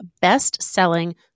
best-selling